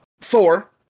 Thor